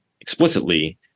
explicitly